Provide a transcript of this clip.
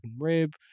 rib